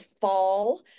fall